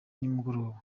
nimugoroba